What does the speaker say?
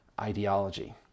ideology